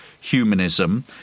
humanism